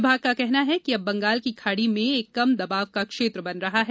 विभाग का कहना है कि अब बंगाल की खाड़ी में एक कम दबाव का क्षेत्र बन रहा है